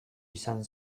izan